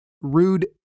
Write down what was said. rude